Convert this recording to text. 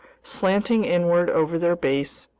slanting inward over their base,